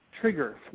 Trigger